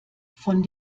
von